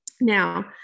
Now